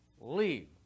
Leave